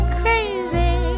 crazy